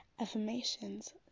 affirmations